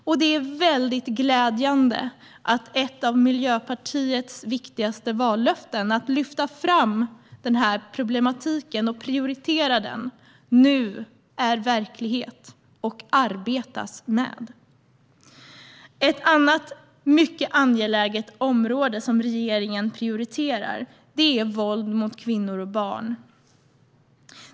Och det är väldigt glädjande att ett av Miljöpartiets viktigaste vallöften, att lyfta fram och prioritera den här problematiken, nu är verklighet och arbetas med. Ett annat mycket angeläget område som regeringen prioriterar är våld mot kvinnor och barn.